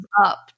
up